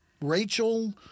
Rachel